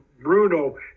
Bruno